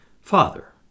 Father